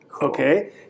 Okay